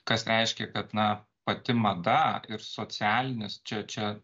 kas reiškia kad na pati mada ir socialinis čia čia